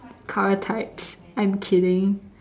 car types I'm kidding